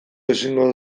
ezingo